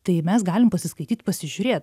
tai mes galim pasiskaityt pasižiūrėt